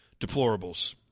deplorables